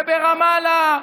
וברמאללה,